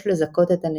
יש לזכות את הנאשם.